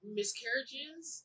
miscarriages